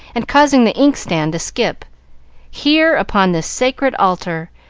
and causing the inkstand to skip here, upon this sacred altar!